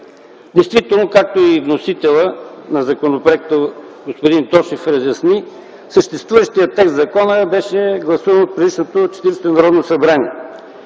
Действително, както и вносителят на законопроекта господин Тошев разясни, съществуващият текст в закона беше гласуван от предишното Четиридесето Народно събрание.